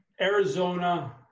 Arizona